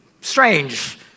strange